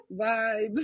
vibes